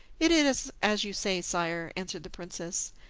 it is as you say, sire, answered the princess,